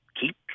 keep